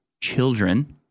Children